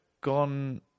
gone